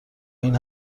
این